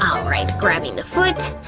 um alright, grabbing the foot,